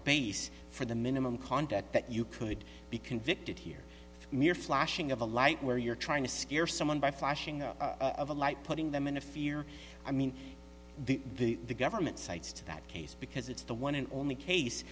base for the minimum conduct that you could be convicted here mere flashing of a light where you're trying to scare someone by flashing a light putting them in a fear i mean the the the government cites to that case because it's the one and only case